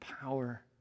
power